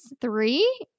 three